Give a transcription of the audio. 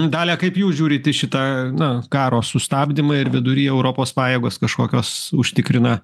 dalia kaip jūs žiūrit į šitą na karo sustabdymą ir vidury europos pajėgos kažkokios užtikrina